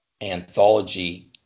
anthology